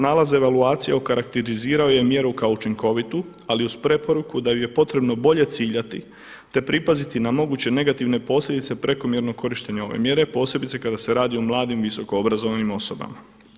Nalaz evaluacije okarakterizirao je mjeru kao učinkovitu, ali uz preporuku da ju je potrebno bolje ciljati, te pripaziti na moguće negativne posljedice prekomjernog korištenja ove mjere, posebice kada se radi o mladim visokoobrazovanim osobama.